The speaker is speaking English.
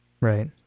Right